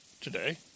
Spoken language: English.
today